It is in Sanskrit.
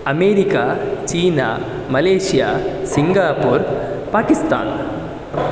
अमेरिका चीना मलेषिया सिङ्गापुर् पाकिस्तान्